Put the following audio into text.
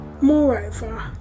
Moreover